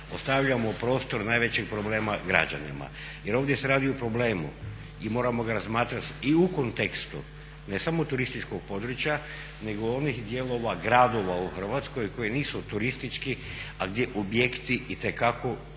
ostavljamo prostor najvećih problema građanima jer ovdje se radi o problemu i moramo ga razmatrati i u kontekstu ne samo turističkih područja nego onih dijelova gradova u Hrvatskoj koji nisu turistički, a gdje objekti itekako utječu